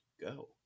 go